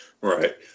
Right